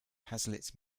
haslett